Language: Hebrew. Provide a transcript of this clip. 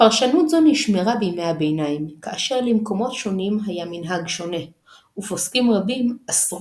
רבני צרפת ואשכנז נטו לשמר את המנהג וליישב בדוחק את דברי התלמוד,